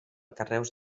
carreus